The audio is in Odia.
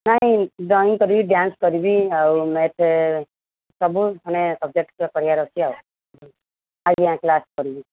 ନାଇଁ ଡ୍ରଇଁ କରିବି ଡ୍ୟାନ୍ସ କରିବି ଆଉ ମୋତେ ସବୁ ମାନେ ସବ୍ଜେକ୍ଟରରେ କରିବାର ଅଛି ଆଉ ଆଜ୍ଞା କ୍ଲାସ୍ କରିବି